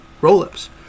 Rollups